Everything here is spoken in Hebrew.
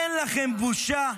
אין לכם בושה?